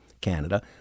Canada